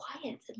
quiet